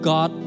God